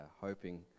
hoping